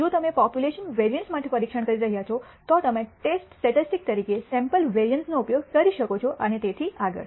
જો તમે population variance માટે પરીક્ષણ કરી રહ્યાં છો તો તમે ટેસ્ટ સ્ટેટિસ્ટિક્સ તરીકે સેમ્પલ વેરિઅન્સ નો ઉપયોગ કરી શકો છો અને તેથી આગળ